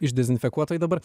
išdezinfekuotoj dabar